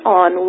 on